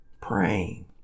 Praying